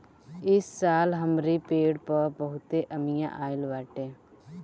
इस साल हमरी पेड़ पर बहुते अमिया आइल बाटे